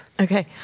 Okay